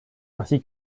ainsi